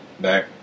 Back